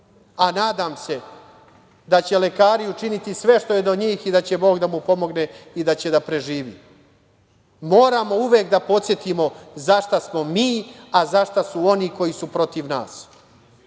a nadam se, da će lekari učiniti sve što je do njih i da će Bog da mu pomogne i da će da preživi. Moramo uvek da podsetimo za šta smo mi, a za šta su oni koji su protiv nas. Da